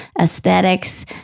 aesthetics